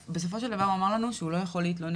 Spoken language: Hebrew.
בסופו של דבר הוא אמר לנו שהוא לא יכול להתלונן,